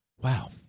Wow